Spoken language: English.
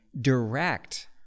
direct